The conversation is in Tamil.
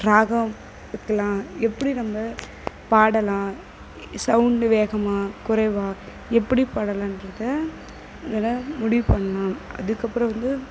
ராகம் இதுக்கெல்லாம் எப்படி நம்ம பாடலாம் சவுண்ட் வேகமாக குறைவாக எப்படி பாடலான்றத இதில் முடிவு பண்ணலாம் அதுக்கப்புறம் வந்து